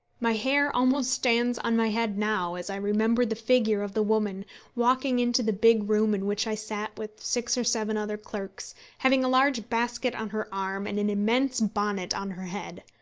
my hair almost stands on my head now as i remember the figure of the woman walking into the big room in which i sat with six or seven other clerks, having a large basket on her arm and an immense bonnet on her head.